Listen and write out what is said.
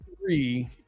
three